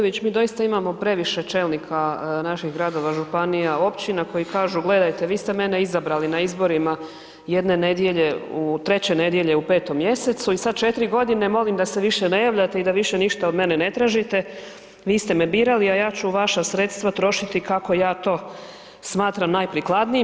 mi doista imamo previše čelnika naših gradova, županija, općina koji kažu gledajte vi ste mene izabrali na izborima jedne nedjelje, treće nedjelje u 5. mjesecu i sad 4.g. molim da se više ne javljate i da više ništa od mene ne tražite, vi ste me birali, a ja ću vaša sredstva trošiti kako ja to smatram najprikladnijim.